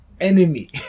enemy